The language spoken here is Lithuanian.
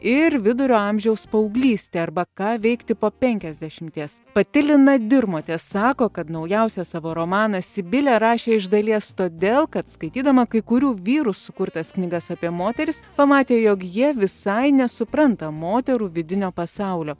ir vidurio amžiaus paauglystė arba ką veikti po penkiasdešimties pati lina dirmotė sako kad naujausią savo romaną sibilė rašė iš dalies todėl kad skaitydama kai kurių vyrų sukurtas knygas apie moteris pamatė jog jie visai nesupranta moterų vidinio pasaulio